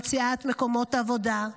למציאת מקומות עבודה,